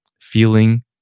feeling